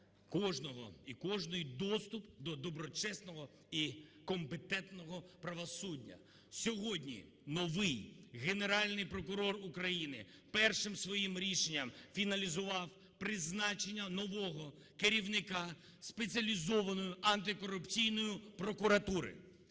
кожного і кожної доступ до доброчесного і компетентного правосуддя. Сьогодні новий Генеральний прокурор України першим своїм рішенням фіналізував призначення нового керівника Спеціалізованої антикорупційної прокуратури.